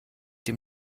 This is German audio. dem